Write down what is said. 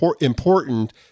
important